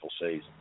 season